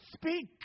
speak